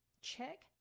check